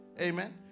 Amen